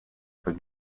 for